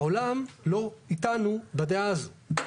העולם לא איתנו בדעה הזאת.